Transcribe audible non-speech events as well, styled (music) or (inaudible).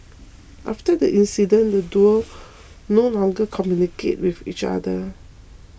(noise) after the incident the duo no longer communicated with each other